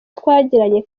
twagiranye